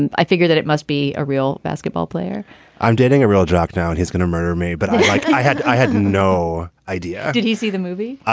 and i figure that it must be a real basketball player i'm dating a real jock now and he's going to murder me. but i had i had no idea. did you see the movie?